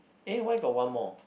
eh why got one more